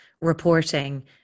reporting